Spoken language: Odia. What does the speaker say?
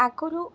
ଆଗରୁ